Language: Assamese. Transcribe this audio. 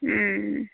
ও